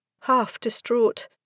half-distraught